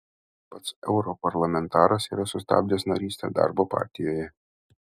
pats europarlamentaras yra sustabdęs narystę darbo partijoje